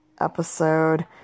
episode